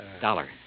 Dollar